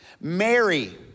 Mary